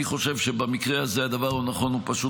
אני חושב שבמקרה הזה הדבר הנכון הוא פשוט